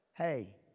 Hey